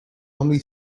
only